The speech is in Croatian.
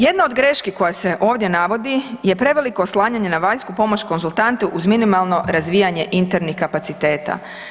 Jedna od greški koja se ovdje navodi je preveliko oslanjanje na vanjsku pomoć konzultante uz minimalno razvijanje internih kapaciteta.